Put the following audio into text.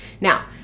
Now